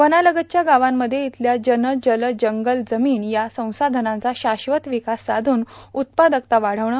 वनालगतच्या गावामध्ये इथल्या जन जल जंगल र्जामन या संसाधनाचा शाश्वत ांवकास साधून उत्पादकता वार्ढावणे